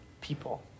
people